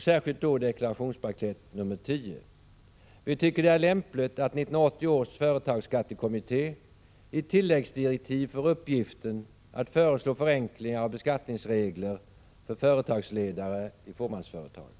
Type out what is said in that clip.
särskilt då deklarationsblankett 10. Vi tycker att det är lämpligt att 1980 års företagsskattekommitté i tilläggsdirektiv får i uppgift att föreslå förenklingar av beskattningsregler för företagsledare i fåmansföretag.